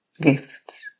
Gifts